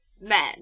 men